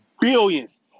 billions